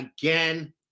again